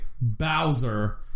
Bowser